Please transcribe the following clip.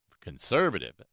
conservative